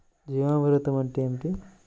జీవామృతం అంటే ఏమిటి?